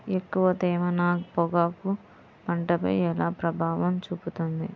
ఎక్కువ తేమ నా పొగాకు పంటపై ఎలా ప్రభావం చూపుతుంది?